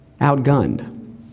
outgunned